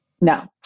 No